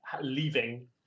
leaving